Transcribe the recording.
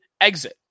exit